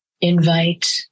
Invite